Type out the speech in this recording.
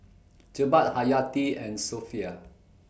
Jebat Haryati and Sofea